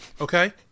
okay